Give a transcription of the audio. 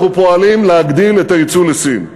אנחנו פועלים להגדיל את היצוא לסין.